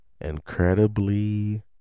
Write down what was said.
incredibly